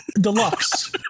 Deluxe